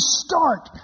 start